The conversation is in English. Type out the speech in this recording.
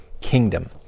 kingdom